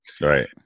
Right